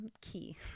Key